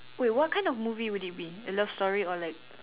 wait what kind of movie would it be a love story or like